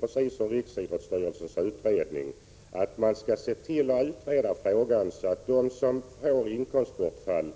Precis som riksidrottsstyrelsens utredning vill reservanterna att man skall utreda frågan, så att också de som får inkomstbortfall